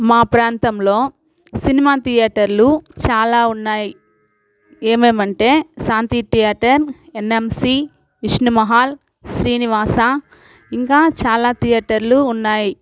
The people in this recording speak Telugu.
మా ప్రాంతంలో సినిమా థియేటర్లు చాలా ఉన్నాయ్ ఏమేమంటే శాంతి థియేటర్ ఎన్ఎంసి విష్ణు మహల్ శ్రీనివాస ఇంకా చాలా థియేటర్లు ఉన్నాయి